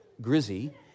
Grizzy